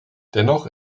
dennoch